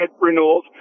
renewals